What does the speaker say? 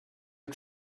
are